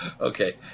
Okay